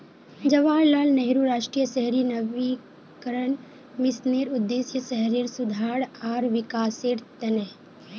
जवाहरलाल नेहरू राष्ट्रीय शहरी नवीकरण मिशनेर उद्देश्य शहरेर सुधार आर विकासेर त न